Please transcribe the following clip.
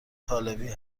طالبی